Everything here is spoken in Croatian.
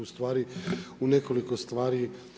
Ustvari u nekoliko stvari